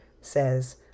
says